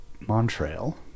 montreal